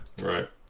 Right